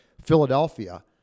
Philadelphia